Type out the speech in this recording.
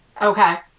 Okay